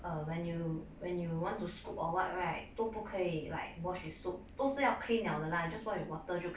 err when you when you want to scoop or what right 都不可以 like wash with soap 都是要 clean 了的啦 just wash with water 就可以了